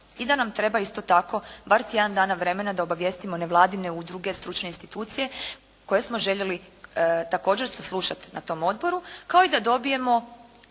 i da nam treba isto tako bar tjedan dana vremena da obavijestimo nevladine udruge, stručne institucije koje smo željeli također saslušati na tom odboru, kao i da dobijemo